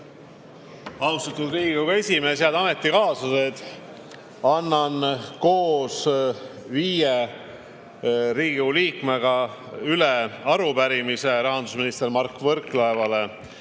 Austatud Riigikogu esimees! Head ametikaaslased! Annan koos viie Riigikogu liikmega üle arupärimise rahandusminister Mart Võrklaevale,